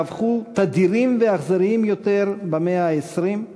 שהפכו תדירים ואכזריים יותר במאה ה-20,